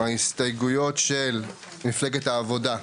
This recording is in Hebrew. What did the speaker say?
ההסתייגויות של מפלגת "העבודה",